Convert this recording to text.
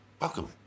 Welcome